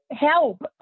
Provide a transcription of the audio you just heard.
help